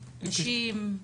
נשים,